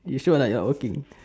you sure or not not working